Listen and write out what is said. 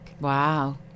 wow